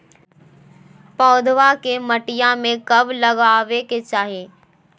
पौधवा के मटिया में कब लगाबे के चाही?